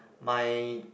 my